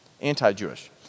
anti-Jewish